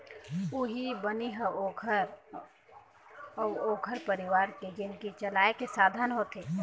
उहीं बनी ह ओखर अउ ओखर परिवार के जिनगी चलाए के साधन होथे